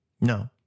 No